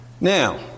Now